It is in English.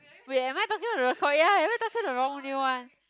wait am I talking about the cor~ ya am I talking the wrong new one